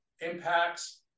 impacts